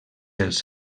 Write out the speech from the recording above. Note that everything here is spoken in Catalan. els